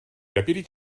deputy